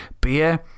beer